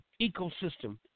ecosystem